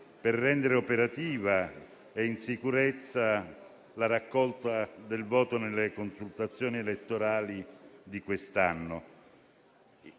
per rendere operativa e in sicurezza la raccolta del voto nelle consultazioni elettorali di quest'anno.